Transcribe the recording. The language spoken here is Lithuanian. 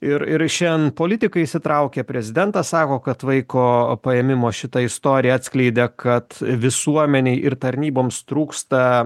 ir ir šian politikai įsitraukė prezidentas sako kad vaiko paėmimo šita istorija atskleidė kad visuomenei ir tarnyboms trūksta